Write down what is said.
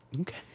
Okay